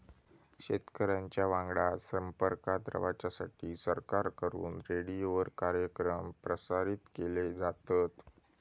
शेतकऱ्यांच्या वांगडा संपर्कात रवाच्यासाठी सरकारकडून रेडीओवर कार्यक्रम प्रसारित केले जातत